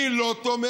מי לא תומך?